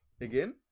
Again